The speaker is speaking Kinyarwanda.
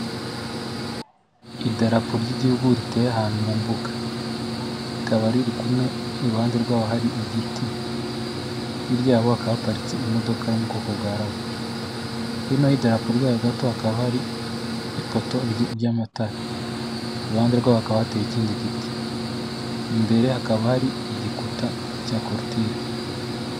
Idarapo ry'igihugu riteye ahantu mu mbuga rikaba riri kumwe iruhande rwaho hari igiti, hirya yabo hakaba haparitse imodoka yo mu bwoko bwa lava hino y'idarapo ryayo gato hakaba hari ipoto ry'amatara iruhande rwaho hakaba hateye ikindi giti imbere hakaba hari igikuta cya koritire.